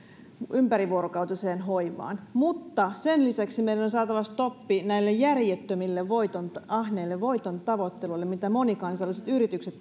ympärivuorokautiseen hoivaan mutta sen lisäksi meidän on saatava stoppi näille järjettömille ahneille voitontavoitteluille mitä monikansalliset yritykset